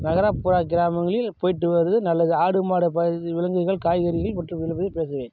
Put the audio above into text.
நகர்ப்புற கிராமங்களில் போய்ட்டு வர்றது நல்லது ஆடு மாடு விலங்குகள் காய்கறிகள்